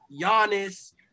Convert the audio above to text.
Giannis